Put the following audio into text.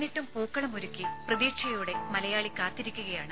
എന്നിട്ടും പൂക്കളം ഒരുക്കി പ്രതീക്ഷയോടെ മലയാളി കാത്തിരിക്കുകയാണ്